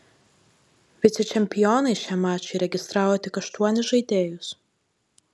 vicečempionai šiam mačui registravo tik aštuonis žaidėjus